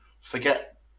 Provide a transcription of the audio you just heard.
forget